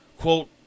Quote